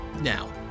Now